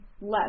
less